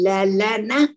Lalana